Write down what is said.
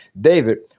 David